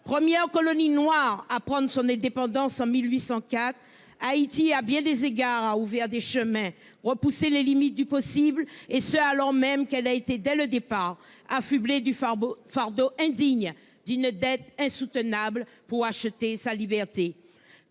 1er en colonie noire à prendre son indépendance en 1804. Haïti, à bien des égards a ouvert des chemins repousser les limites du possible et ce alors même qu'elle a été dès le départ, affublé du fardeau fardeau indigne d'une dette insoutenable pour acheter sa liberté.